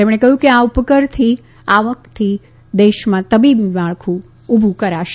તેમણે કહયું કે આ ઉપકરની આવકથી દેશમાં તબીબી માળખું ઉભુ કરાશે